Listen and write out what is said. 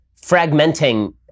fragmenting